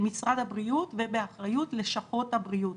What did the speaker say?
במשרד הבריאות ובאחריות לשכות הבריאות.